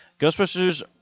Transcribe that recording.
Ghostbusters